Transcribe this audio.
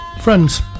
Friends